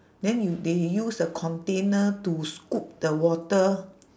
then u~ they use a container to scoop the water